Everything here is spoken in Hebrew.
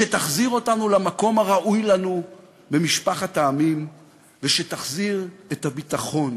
שתחזיר אותנו למקום הראוי לנו במשפחת העמים ושתחזיר את הביטחון